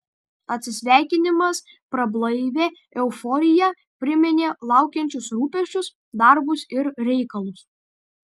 atsisveikinimas prablaivė euforiją priminė laukiančius rūpesčius darbus ir reikalus